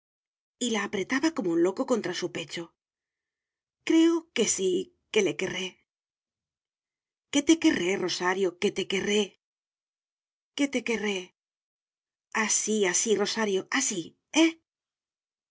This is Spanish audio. y la apretaba como loco contra su pecho creo que sí que le querré que te querré rosario que te querré que te querré así así rosario así eh